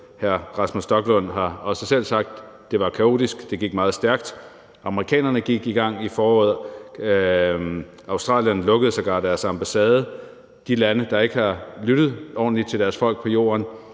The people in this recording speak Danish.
Hr. Rasmus Stoklund har også selv sagt, at det var kaotisk, at det gik meget stærkt. Amerikanerne gik i gang i foråret; australierne lukkede sågar deres ambassade; i de lande, der ikke har lyttet ordentligt til deres folk på jorden,